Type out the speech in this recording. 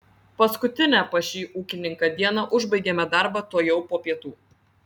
paskutinę pas šį ūkininką dieną užbaigėme darbą tuojau po pietų